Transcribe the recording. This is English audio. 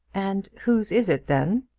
and whose is it, then?